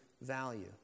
value